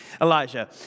Elijah